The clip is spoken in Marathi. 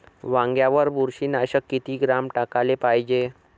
वांग्यावर बुरशी नाशक किती ग्राम टाकाले पायजे?